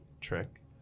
trick